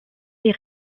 les